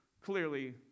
Clearly